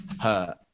hurt